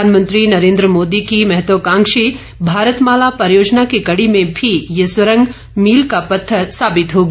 प्रधानमंत्री नरेन्द्र मोदी की महत्वकांक्षी भारतमाला परियोजना की कड़ी में भी ये सुरंग मील का पत्थर साबित होगी